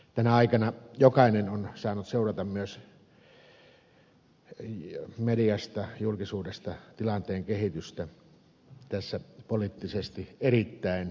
tänä aikana jokainen on saanut seurata myös mediasta julkisuudesta tilanteen kehitystä tässä poliittisesti erittäin epävakaassa maassa